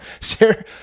share